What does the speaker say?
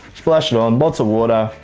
splash it on, lots of water,